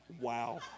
wow